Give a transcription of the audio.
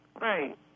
right